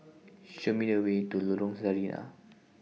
Show Me The Way to Lorong Sarina